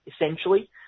essentially